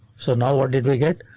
so now what did we get?